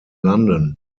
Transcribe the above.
london